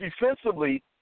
defensively